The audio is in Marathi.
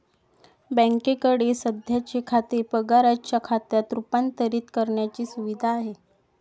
बँकेकडे सध्याचे खाते पगाराच्या खात्यात रूपांतरित करण्याची सुविधा आहे